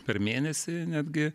per mėnesį netgi